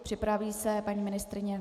Připraví se paní ministryně.